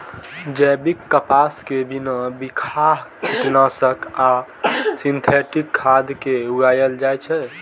जैविक कपास कें बिना बिखाह कीटनाशक आ सिंथेटिक खाद के उगाएल जाए छै